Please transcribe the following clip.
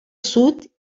sud